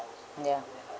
ya